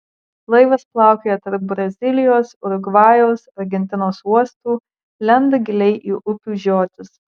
laivas plaukioja tarp brazilijos urugvajaus argentinos uostų lenda giliai į upių žiotis